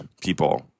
people